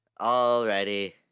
Alrighty